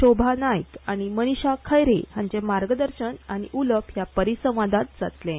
शोभा नायक आनी मनीषा खैरे हांचे मार्गदर्शन आनी उलोवप ह्या परिसंवादांत जातलें